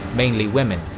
mainly women,